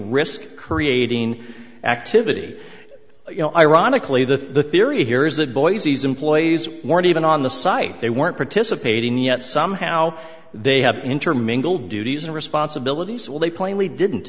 risk creating activity you know ironically the theory here is that boy these employees weren't even on the site they weren't participating yet somehow they have intermingled duties and responsibilities well they plainly didn't